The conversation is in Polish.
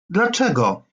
dlaczego